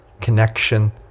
connection